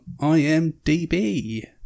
IMDb